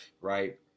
Right